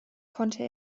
konnte